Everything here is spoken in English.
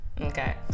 Okay